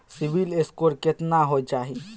CIBIL score केतना होय चाही?